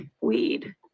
weed